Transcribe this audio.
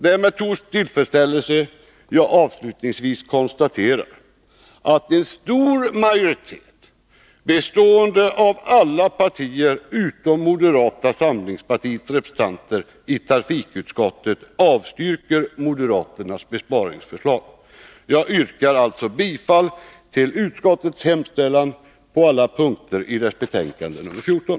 Det är med stor tillfredsställelse jag avslutningsvis konstaterar att moderata samlingspartiets besparingsförslag avstyrks av en majoritet bestående av samtliga övriga part:or i trafikutskottet. Jag yrkar alltså bifall till utskottets hemställan på alla punkter i betänkande nr 14.